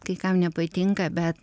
kai kam nepatinka bet